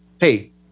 hey